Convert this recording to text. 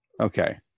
Okay